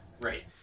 Right